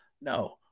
no